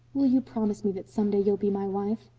will you promise me that some day you'll be my wife?